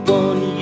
one